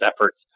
efforts